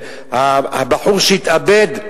הבחור שהתאבד,